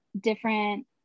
different